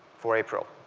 for april?